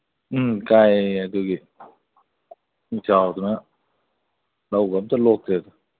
ꯎꯃ ꯀꯥꯏꯌꯦ ꯑꯗꯨꯒꯤꯗꯤ ꯏꯁꯤꯡ ꯆꯥꯎꯗꯅ ꯂꯧꯒ ꯑꯝꯇ ꯂꯣꯛꯇ꯭ꯔꯦꯗ